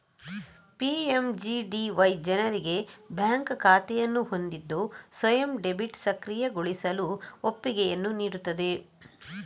PMGDY ಜನರಿಗೆ bank ಖಾತೆಯನ್ನು ಹೊಂದಿದ್ದು ಸ್ವಯಂ ಡೆಬಿಟ್ ಸಕ್ರಿಯಗೊಳಿಸಲು ಒಪ್ಪಿಗೆಯನ್ನು ನೀಡುತ್ತದೆ